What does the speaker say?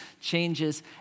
Changes